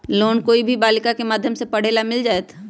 Loan कोई भी बालिका के माध्यम से पढे ला मिल जायत?